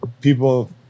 people